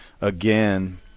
again